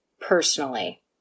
personally